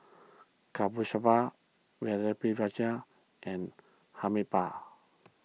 Kasturba Pritiviraj and Amitabh